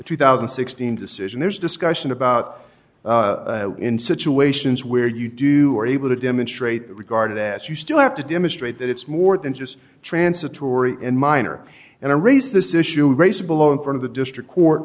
two thousand and sixteen decision there's discussion about in situations where you do are able to demonstrate regarded as you still have to demonstrate that it's more than just transitory and minor and i raised this issue raised below and for the district court